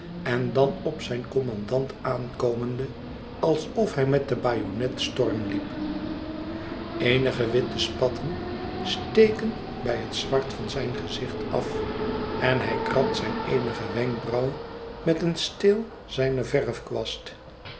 en dan op zijn kommandant aankomende alsof hij met de bajonet storm liep eenige witte spatten steken bij het zwart van zijn gezicht af en hij krabt zijn eenigen wenkbrauw met den steel zijner